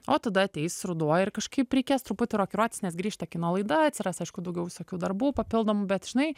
o tada ateis ruduo ir kažkaip reikės truputį rokiruotis nes grįžta kino laida atsiras aišku daugiau visokių darbų papildomų bet žinai